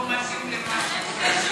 הוא מתאים למה שקורה.